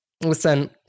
Listen